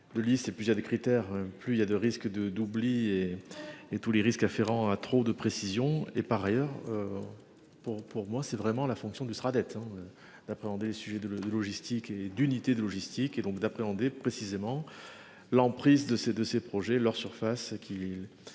plusieurs des critères plus il y a de risques de d'oubli et. Et tous les risques afférents à trop de précision et par ailleurs. Pour pour moi c'est vraiment la fonction du sera d'être. D'appréhender les sujets de logistique et d'unité de logistique et donc d'appréhender précisément l'emprise de ces de ces projets leur surface